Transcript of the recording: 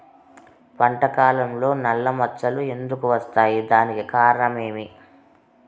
పంట కాలంలో నల్ల మచ్చలు ఎందుకు వస్తాయి? దానికి కారణం ఏమి?